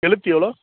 கெளுத்தி எவ்வளோ